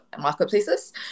marketplaces